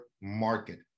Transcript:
market